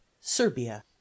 serbia